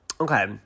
Okay